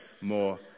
more